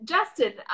Justin